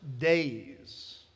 days